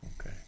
okay